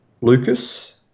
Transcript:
Lucas